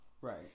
Right